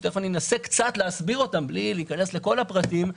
שתיכף אנסה קצת להסביר אותם בלי להיכנס לכל הפרטים.